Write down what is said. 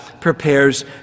prepares